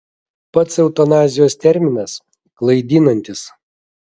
pats eutanazijos terminas klaidinantis